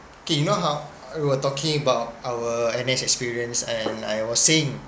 K you know how we're were talking about our N_S experience and I was saying